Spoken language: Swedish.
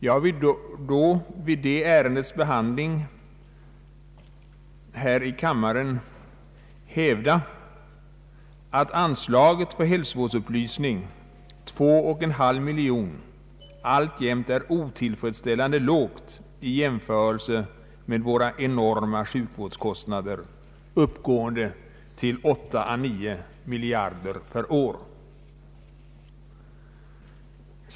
Jag vill nu liksom vid detta ärendes behandling här i kammaren hävda att anslaget till hälsovårdsupplysning, 2,5 miljoner kronor, alltjämt är otillfredsställande lågt i jämförelse med våra enorma sjukvårdskostnader, som uppgår till 8 å 9 miljarder kronor per år.